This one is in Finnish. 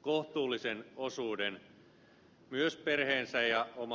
kohtuullisen osuuden myös perheensä ja omaan käyttöön